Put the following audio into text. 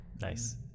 Nice